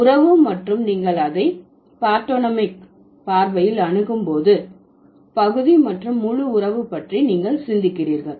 உறவு மற்றும் நீங்கள் அதை பார்ட்டோனமிக் பார்வையில் அணுகும்போது பகுதி மற்றும் முழு உறவு பற்றி நீங்கள் சிந்திக்கிறீர்கள்